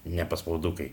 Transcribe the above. ne paspaudukai